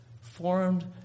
formed